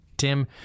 Tim